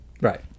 Right